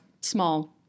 small